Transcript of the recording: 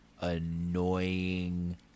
annoying